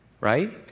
right